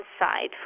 side